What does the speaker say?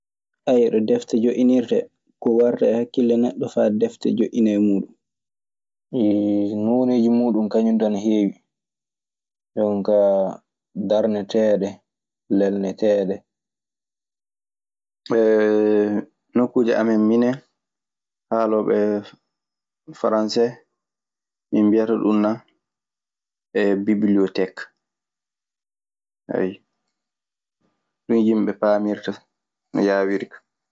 ko defte njoƴƴinirte, ko warata e hakkille neɗɗo fa defte njoƴƴinee dow muuɗun. nooneeji muuɗun kañun du ana heewi. Jon kaa darneteeɗe, lelneteeɗe. Nokkuuje amen minen kaalooɓe faranse, min mbiyata ɗun na bibbiloteek. Ayyo, ɗun yimɓe paamirta no yaawiri ka.